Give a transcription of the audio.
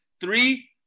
Three